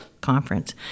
Conference